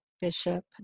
Bishop